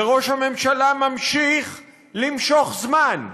וראש הממשלה ממשיך למשוך זמן,